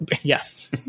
Yes